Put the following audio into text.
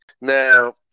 Now